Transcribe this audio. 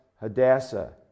Hadassah